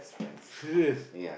serious